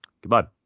Goodbye